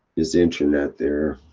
his internet there,